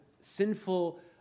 sinful